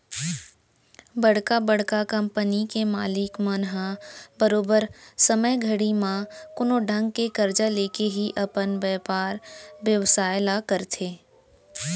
बड़का बड़का कंपनी के मालिक मन ह बरोबर समे घड़ी म कोनो ढंग के करजा लेके ही अपन बयपार बेवसाय ल करथे